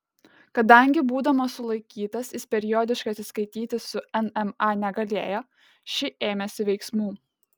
kadangi būdamas sulaikytas jis periodiškai atsiskaityti su nma negalėjo ši ėmėsi veiksmų